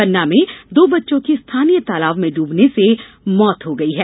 पन्ना में दो बच्चों की स्थानीय तालाब में डूबने से मौत हो गयी है